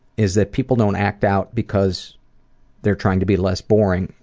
is that people don't act out because they're trying to be less boring,